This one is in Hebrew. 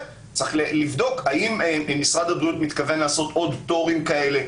צריך לבדוק האם משרד הבריאות מתכון לעשות עוד פטורים כאלה.